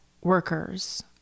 workers